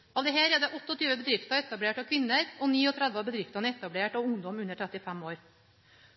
er 28 bedrifter etablert av kvinner, og 39 av bedriftene er etablert av ungdom under 35 år.